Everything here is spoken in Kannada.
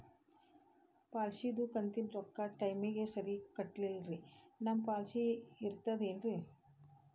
ಪಾಲಿಸಿದು ಕಂತಿನ ರೊಕ್ಕ ಟೈಮಿಗ್ ಸರಿಗೆ ಕಟ್ಟಿಲ್ರಿ ನಮ್ ಪಾಲಿಸಿ ಇರ್ತದ ಏನ್ರಿ?